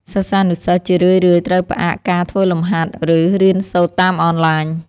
សិស្សានុសិស្សជារឿយៗត្រូវផ្អាកការធ្វើលំហាត់ ឬរៀនសូត្រតាមអនឡាញ។